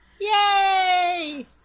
Yay